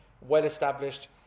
well-established